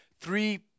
three